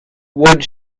what